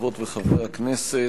חברות וחברי הכנסת,